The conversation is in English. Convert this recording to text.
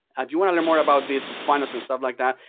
if you want to learn more about these funnels and stuff like that,